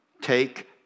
Take